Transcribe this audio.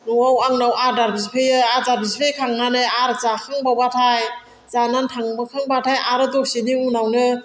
न'आव आंनाव आदार बिफैयो आदार बिफैखांनानै आरो जाखांबावब्लाथाय जानानै थांखांब्लाथाय आरो दसेनि उनावनो